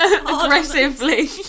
Aggressively